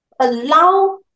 allow